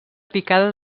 picada